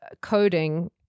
coding